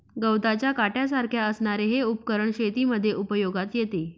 गवताच्या काट्यासारख्या असणारे हे उपकरण शेतीमध्ये उपयोगात येते